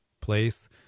place